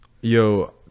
yo